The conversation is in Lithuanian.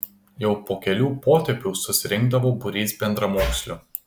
jau po kelių potėpių susirinkdavo būrys bendramokslių